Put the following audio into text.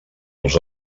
els